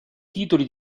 titoli